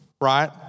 right